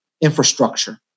infrastructure